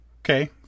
Okay